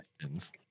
questions